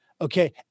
Okay